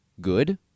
good